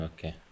Okay